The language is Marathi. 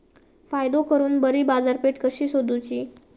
फायदो करून बरी बाजारपेठ कशी सोदुची?